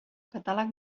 catàleg